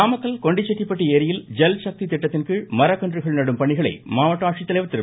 நாமக்கல் கொண்டிசெட்டிப்பட்டி ஏரியில் ஜல்சக்தி திட்டத்தின் கீழ் மரக்கன்றுகள் நடும் பணிகளை மாவட்ட ஆட்சித்தலைவர் திரு